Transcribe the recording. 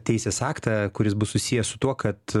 teisės aktą kuris bus susijęs su tuo kad